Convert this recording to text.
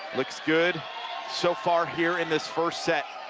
looks good so far here in this first set.